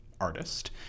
artist